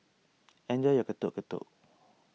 enjoy your Getuk Getuk